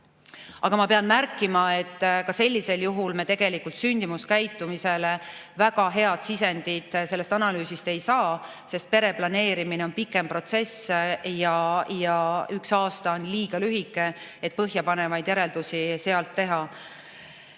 Aga ma pean märkima, et ka sellisel juhul me sündimuskäitumisele väga head sisendit sellest analüüsist ei saa, sest pereplaneerimine on pikem protsess ja üks aasta on liiga lühike, et põhjapanevaid järeldusi teha.